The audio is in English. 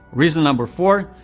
reason number four,